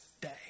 day